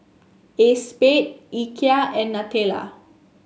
Acexspade Ikea and Nutella